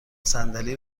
صندلی